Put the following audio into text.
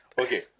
Okay